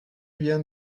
vient